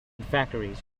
factories